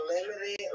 limited